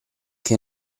che